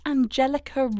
Angelica